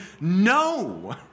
no